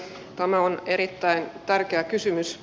tämä on erittäin tärkeä kysymys